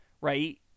right